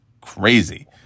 crazy